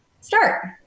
start